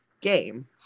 game